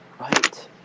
Right